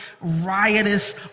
riotous